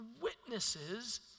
witnesses